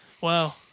wow